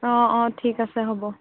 অঁ অঁ ঠিক আছে হ'ব